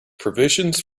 provisions